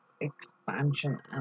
expansion